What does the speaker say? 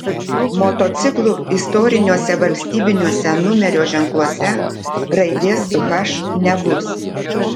motociklų istoriniuose valstybiniuose numerio ženkluose raidės h nebus